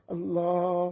Allah